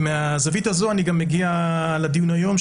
ומהזווית הזאת אני גם מגיע לדיון היום,